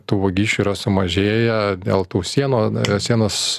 tų vagysčių yra sumažėję dėl tų sienų sienos